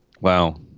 Wow